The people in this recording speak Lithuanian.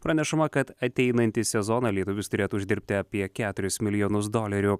pranešama kad ateinantį sezoną lietuvis turėtų uždirbti apie keturis milijonus dolerių